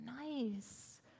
nice